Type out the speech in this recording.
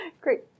Great